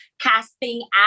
casting